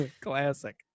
Classic